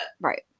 Right